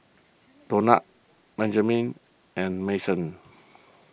Donat Benjamin and Mason